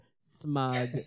smug